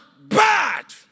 bad